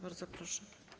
Bardzo proszę.